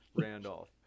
Randolph